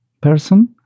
person